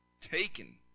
taken